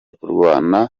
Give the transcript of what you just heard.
kurwana